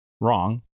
wrong